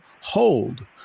hold